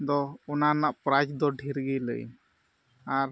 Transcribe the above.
ᱫᱚ ᱚᱱᱟ ᱨᱮᱱᱟᱜ ᱯᱨᱟᱭᱤᱡᱽ ᱫᱚ ᱰᱷᱮᱹᱨ ᱜᱮ ᱞᱟᱹᱭ ᱟᱢᱟ ᱟᱨ